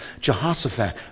Jehoshaphat